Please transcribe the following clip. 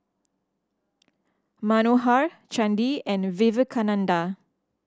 Manohar Chandi and Vivekananda